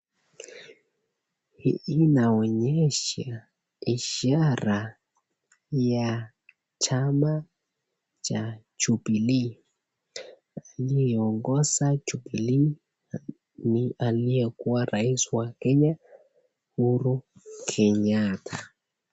Hii inaonyesha ishara ya chama cha Jubillee. Aliyeongoza Jubillee ni aliyekuwa rais wa Kenya, Uhuru Kenyatta.